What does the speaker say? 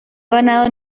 ganado